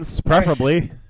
preferably